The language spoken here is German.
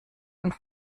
und